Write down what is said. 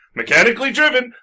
mechanically-driven